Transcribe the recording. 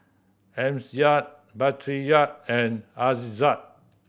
Amsyar Batrisya and Aizat